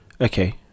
okay